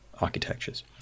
architectures